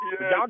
Y'all